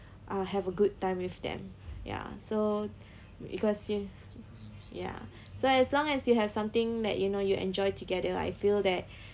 uh have a good time with them ya so because sin~ ya so as long as you have something that you know you enjoy together I feel that